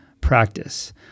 practice